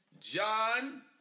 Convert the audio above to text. John